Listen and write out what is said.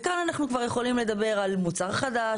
כאן אנחנו כבר יכולים לדבר על מוצר חדש,